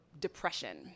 depression